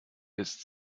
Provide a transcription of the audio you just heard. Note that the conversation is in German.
ist